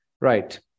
right